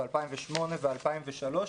2008 ו-2003,